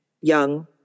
young